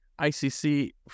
ICC